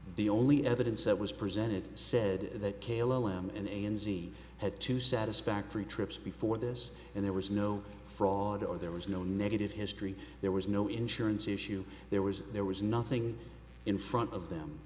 the only evidence that was presented said that kalo and a n z had two satisfactory trips before this and there was no fraud or there was no negative history there was no insurance issue there was there was nothing in front of them